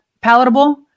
palatable